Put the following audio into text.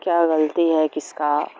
کیا غلطی ہے کس کا